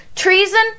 Treason